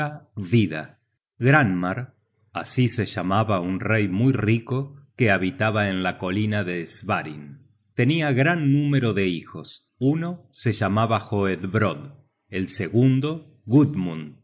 search generated at granmar así se llamaba un rey muy rico que habitaba en la colina de svarin tenia gran número de hijos uno se llamaba hoedbrodd el segundo